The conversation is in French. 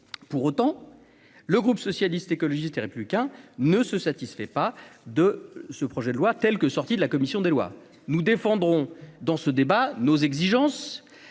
pour autant, le groupe socialiste, écologiste, plus qu'un, ne se satisfait pas de ce projet de loi telle que sorti de la commission des lois, nous défendrons dans ce débat, nos exigences